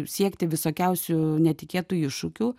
siekti visokiausių netikėtų iššūkių